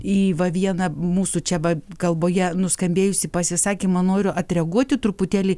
į va vieną mūsų čia va kalboje nuskambėjusį pasisakymą noriu atreaguoti truputėlį